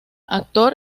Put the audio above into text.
actor